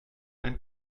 ein